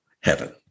heaven